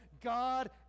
God